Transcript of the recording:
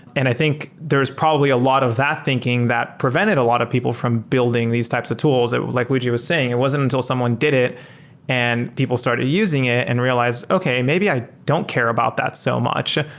and i think there's probably a lot of that thinking that prevented a lot of people from building these types of tools. like luigi was saying, it wasn't until someone did it and people started using it and realized, okay, maybe i don't care about that so much.